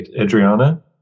Adriana